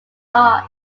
art